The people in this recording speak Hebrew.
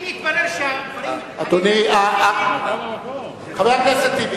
אם יתברר שהדברים האלה חבר הכנסת טיבי,